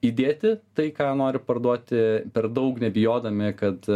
įdėti tai ką nori parduoti per daug nebijodami kad